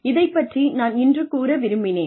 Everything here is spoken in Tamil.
இதைப் பற்றி நான் இன்று கூற விரும்பினேன்